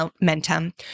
momentum